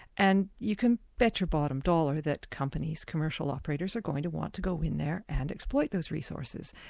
and you can bet your bottom dollar that companies, commercial operators, are going to want to go in there and exploit those resources.